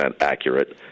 accurate